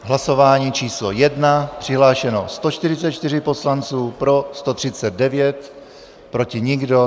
Hlasování číslo 1, přihlášeno 144 poslanců, pro 139, proti nikdo.